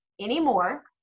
anymore